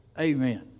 Amen